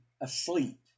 asleep